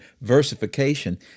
versification